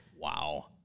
Wow